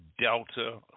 Delta